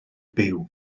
byw